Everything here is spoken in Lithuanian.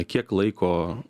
kiek laiko